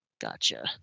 gotcha